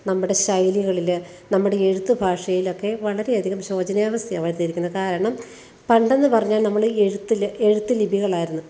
നമ്മുടെ ശൈലികളില് നമ്മുടെ എഴുത്തു ഭാഷയിലൊക്കെ വളരെ അധികം ശോചനീയാവസ്ഥയാണു വരുത്തിയിരിക്കുന്നത് കാരണം പണ്ടെന്ന് പറഞ്ഞാൽ നമ്മള് എഴുത്തില് എഴുത്തുലിപികളായിരുന്നു